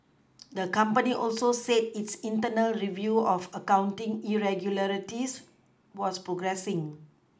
the company also said its internal review of accounting irregularities was progressing